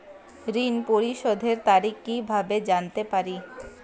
ঋণ পরিশোধের তারিখ কিভাবে জানতে পারি?